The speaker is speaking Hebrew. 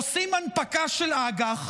עושים הנפקה של אג"ח,